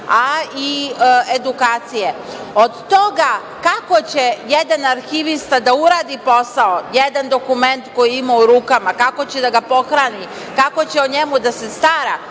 a i edukacije. Od toga kako će jedan arhivista da uradi posao, jedan dokument koji ima u rukama, kako će da ga pohrani, kako će o njemu da se stara